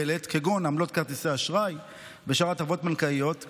חריגים על חשבונות סלולר שקפצו בתום תקופת תשלום ראשונית